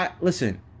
Listen